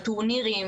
על טורנירים,